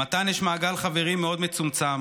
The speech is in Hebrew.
למתן יש מעגל חברים מאוד מצומצם,